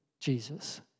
Jesus